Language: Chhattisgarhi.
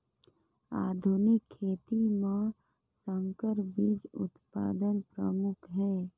आधुनिक खेती म संकर बीज उत्पादन प्रमुख हे